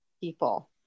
people